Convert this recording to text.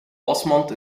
wasmand